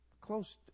Close